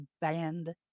banned